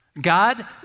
God